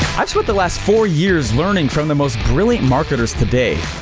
i've spent the last four years learning from the most brilliant marketers today.